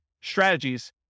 strategies